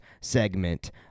segment